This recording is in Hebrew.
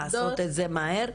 אז בואי אני אגיד את זה מהר.